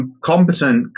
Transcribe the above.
competent